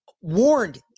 warned